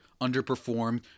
underperformed